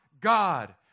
God